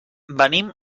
venim